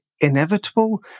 inevitable